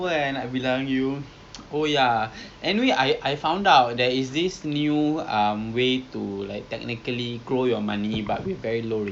return that you get back and then also they're they're in their brochure they say they are supportive of socially responsible investing which means dia orang tak invest in a alcohol gambling pork related literary predicted of tobacco